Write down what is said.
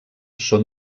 són